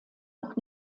noch